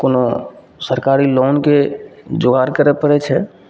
कोनो सरकारी लोनके जोगार करै पड़ै छै